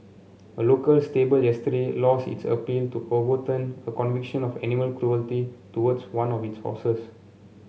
a local stable yesterday lost its appeal to overturn a conviction of animal cruelty towards one of its horses